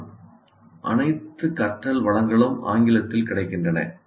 ஆனால் அனைத்து கற்றல் வளங்களும் ஆங்கிலத்தில் கிடைக்கின்றன